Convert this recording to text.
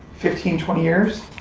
fifteen, twenty years.